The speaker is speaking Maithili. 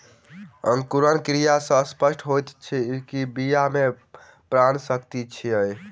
अंकुरण क्रिया सॅ स्पष्ट होइत अछि जे बीया मे प्राण शक्ति अछि